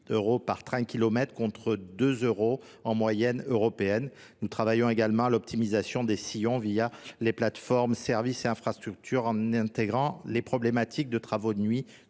par train kilomètre contre 2 € en moyenne européenne. Nous travaillons également à l'optimisation des sillons via les plateformes services et infrastructures en intégrant les problématiques de travaux de nuit